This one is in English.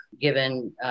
given